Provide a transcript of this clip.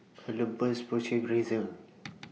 Olympus Porsche Razer